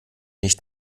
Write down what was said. nicht